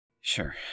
Sure